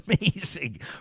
amazing